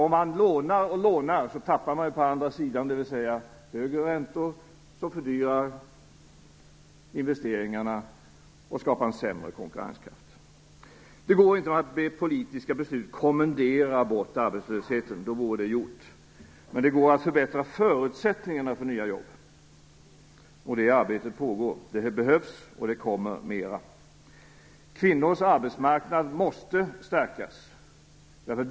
Om man lånar mer och mer tappar man på andra sidan, dvs. det blir högre räntor som fördyrar investeringarna och skapar sämre konkurrenskraft. Det går inte att med politiska beslut kommendera bort arbetslösheten. Då vore det gjort. Men det går att förbättra förutsättningarna för nya jobb, och det arbetet pågår. Det behövs, och det kommer mera. Kvinnors arbetsmarknad måste stärkas.